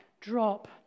drop